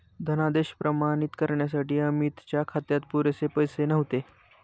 धनादेश प्रमाणित करण्यासाठी अमितच्या खात्यात पुरेसे पैसे नव्हते